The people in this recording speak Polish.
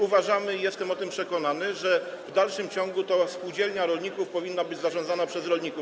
Uważamy, i jestem o tym przekonany, że w dalszym ciągu spółdzielnia rolników powinna być zarządzana przez rolników.